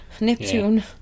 Neptune